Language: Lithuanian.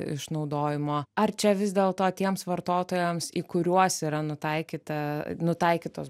išnaudojimo ar čia vis dėlto tiems vartotojams į kuriuos yra nutaikyta nutaikytos